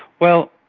well,